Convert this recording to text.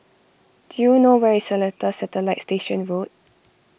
do you know where is Seletar Satellite Station Road